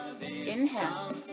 Inhale